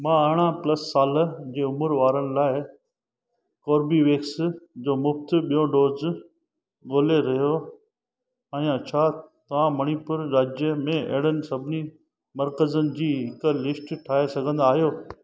मां अरिड़हं प्लस साल जी उमिरि वारे ग्रूप लाइ कोर्बीवेक्स जो मुफ़्त बि॒यो डोज़ ॻोल्हे रहियो आहियां छा तव्हां मणिपुर राज्य में अहिड़नि सभिनी मर्कज़नि जी हिक लिस्ट ठाहे सघंदा आहियो